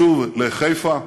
לשוב לחיפה,